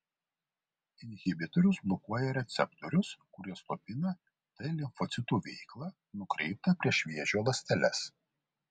inhibitorius blokuoja receptorius kurie slopina t limfocitų veiklą nukreiptą prieš vėžio ląsteles